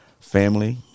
family